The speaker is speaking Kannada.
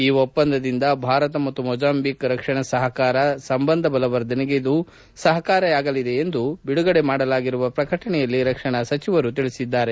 ಈ ಒಪ್ಪಂದದಿಂದ ಭಾರತ ಮತ್ತು ಮೊಜಾಂಬಿಕ್ ರಕ್ಷಣಾ ಸಹಕಾರ ಮತ್ತು ಸಂಬಂಧ ಬಲವರ್ಧನೆಗೆ ಇದು ಸಹಕಾರಿಯಾಗಲಿದೆ ಎಂದು ಬಿಡುಗಡೆ ಮಾಡಲಾಗಿರುವ ಪ್ರಕಟಣೆಯಲ್ಲಿ ರಕ್ಷಣಾ ಸಚಿವರು ತಿಳಿಸಿದ್ದಾರೆ